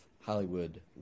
Hollywood